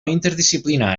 interdisciplinària